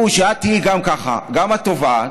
הוא שאת תהיי גם, ככה, גם התובעת,